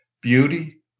beauty